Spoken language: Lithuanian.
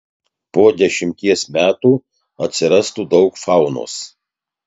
po dešimties metų atsirastų daug faunos